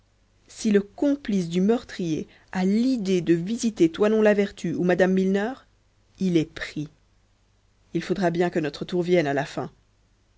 si le complice du meurtrier a l'idée de visiter toinon la vertu ou mme milner il est pris il faudra bien que notre tour vienne à la fin